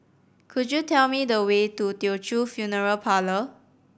could you tell me the way to Teochew Funeral Parlour